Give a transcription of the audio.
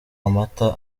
amata